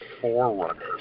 forerunners